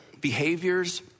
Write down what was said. behaviors